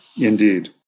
indeed